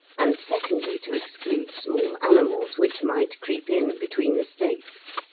and secondly to exclude small animals which might creep in between the stakes.